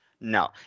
no